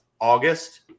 August